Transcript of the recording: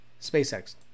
SpaceX